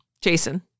Jason